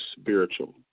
spiritual